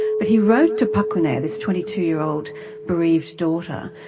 but he wrote to park geun-hye, this twenty two year old bereaved daughter,